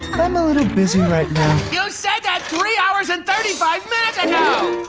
i'm a little busy right three hours and thirty five minutes and